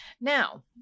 now